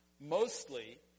Mostly